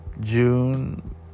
June